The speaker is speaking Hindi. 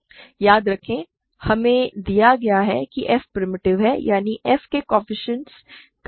याद रखें हमें दिया गया है कि f प्रिमिटिव है यानी f के कोएफ़िशिएंट्स का gcd 1 है